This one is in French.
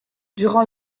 durant